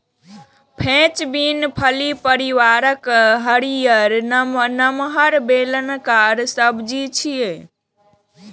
French bean फली परिवारक हरियर, नमहर, बेलनाकार सब्जी छियै